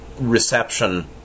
reception